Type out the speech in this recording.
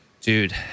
Dude